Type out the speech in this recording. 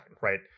right